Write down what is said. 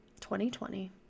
2020